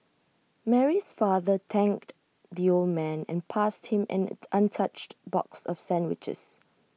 Mary's father thanked the old man and passed him an untouched box of sandwiches